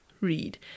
read